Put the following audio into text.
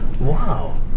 Wow